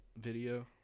video